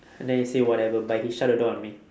then he say whatever bye he shut the door on me